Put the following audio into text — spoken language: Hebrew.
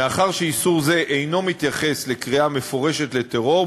מאחר שאיסור זה אינו מתייחס לקריאה מפורשת לטרור,